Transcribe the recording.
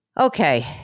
Okay